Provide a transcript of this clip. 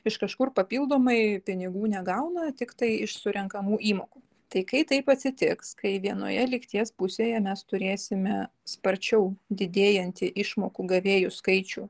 iš kažkur papildomai pinigų negauna tiktai iš surenkamų įmokų tai kai taip atsitiks kai vienoje lygties pusėje mes turėsime sparčiau didėjanti išmokų gavėjų skaičių